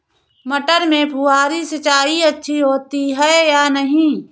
मटर में फुहरी सिंचाई अच्छी होती है या नहीं?